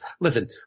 Listen